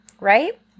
right